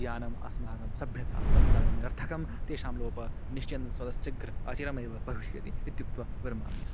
ज्ञानम् अस्माकं सभ्यता त्त् सर्वं निरर्थकं तेषां लोपः निश्चयेन स्वतः शीघ्रम् अचिरमेव भविष्यति इत्युक्त्वा विरमाम्यहम्